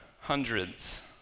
hundreds